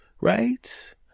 right